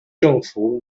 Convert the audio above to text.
政府